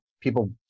people